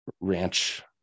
ranch